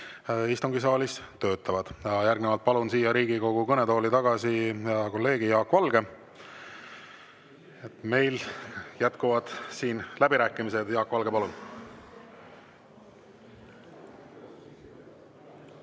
istungisaalis töötavad. Järgnevalt palun siia Riigikogu kõnetooli tagasi hea kolleegi Jaak Valge, meil jätkuvad läbirääkimised. Jaak Valge, palun! Head